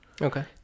Okay